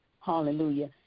hallelujah